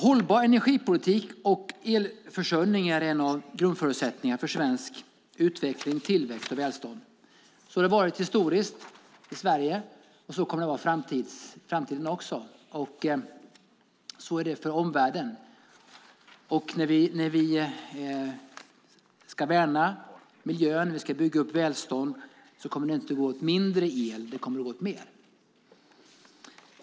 Hållbar energipolitik och elförsörjning är en av grundförutsättningarna för svensk utveckling, tillväxt och välstånd. Så har det varit historiskt i Sverige, och så kommer det att vara i framtiden också. Så är det för omvärlden. När vi ska värna miljön och bygga upp välstånd kommer det inte att gå åt mindre el utan det kommer att gå åt mer.